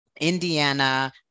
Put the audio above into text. Indiana